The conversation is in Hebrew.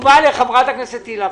תשבה לחברת הכנסת הילה.